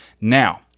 Now